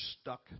stuck